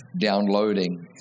downloading